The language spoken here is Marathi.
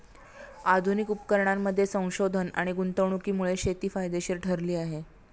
आधुनिक उपकरणांमध्ये संशोधन आणि गुंतवणुकीमुळे शेती फायदेशीर ठरली आहे